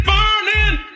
Burning